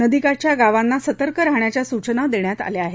नदीकाठच्या गावांना सतर्क राहण्याच्या सूचना देण्यात आल्या आहेत